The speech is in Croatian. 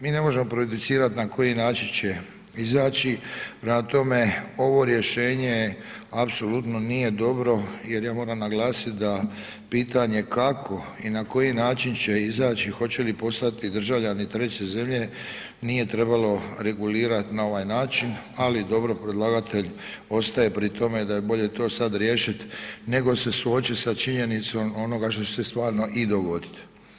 Mi ne možemo prejudicirat na koji način će izaći, prema tome ovo rješenje apsolutno nije dobro jer ja moram naglasiti pitanje kako i na koji način će izaći, hoće li postati državljani treće zemlje nije trebalo regulirati na ovaj način, ali dobro predlagatelj ostaje pri tome da je bolje to sada riješit nego se suočiti sa činjenicom onoga što će se stvarno i dogoditi.